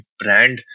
brand